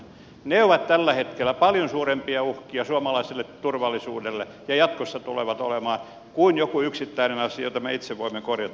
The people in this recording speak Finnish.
ne ovat tällä hetkellä paljon suurempia uhkia suomalaiselle turvallisuudelle ja jatkossa tulevat olemaan kuin joku yksittäinen asia jota me itse voimme korjata